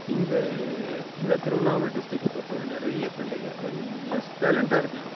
இங்கே இந்த திருவண்ணாமலை டிஸ்ட்ரிக்கை பொறுத்தவரையிலும் நிறைய பிள்ளைகள் நல்ல டேலண்ட்டாக இருக்காங்க